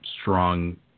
strong